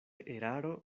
eraro